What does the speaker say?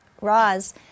Roz